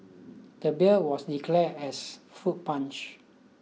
the beer was declared as fruit punch